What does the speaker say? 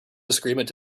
disagreement